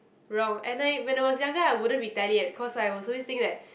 wrong and I when I was younger I wouldn't retaliate cause I was always think that